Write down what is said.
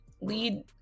lead